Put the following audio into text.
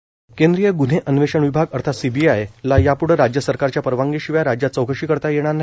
CBI गुहमंत्री केंद्रीय गुन्हे अन्वेषण विभाग अर्थात सीबीआयला यापुढं राज्य सरकारच्या परवानगी शिवाय राज्यात चौकशी करता येणार नाही